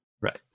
Right